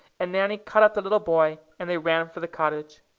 and nanny caught up the little boy, and they ran for the cottage.